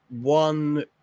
one